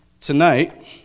tonight